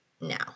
now